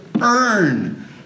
earn